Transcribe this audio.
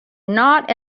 not